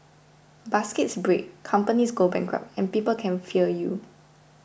baskets break companies go bankrupt and people can fail you